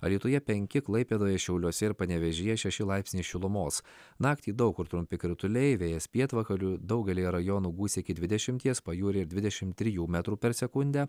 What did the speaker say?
alytuje penki klaipėdoje šiauliuose ir panevėžyje šeši laipsniai šilumos naktį daug kur trumpi krituliai vėjas pietvakarių daugelyje rajonų gūsiai iki dvidešimties pajūryje dvidešimt trijų metrų per sekundę